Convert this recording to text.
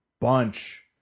bunch